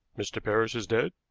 mr. parrish is dead.